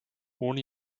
ohne